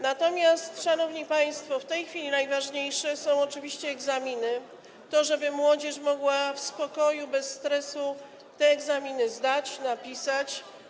Natomiast, szanowni państwo, w tej chwili najważniejsze są oczywiście egzaminy, to, żeby młodzież mogła w spokoju, bez stresu te egzaminy zdać, napisać.